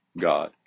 God